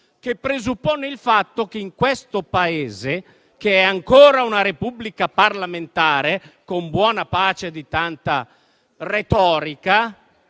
che presuppone il fatto che in questo Paese, che è ancora una Repubblica parlamentare, con buona pace di tanta retorica,